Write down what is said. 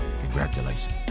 congratulations